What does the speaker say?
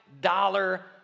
dollar